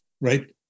right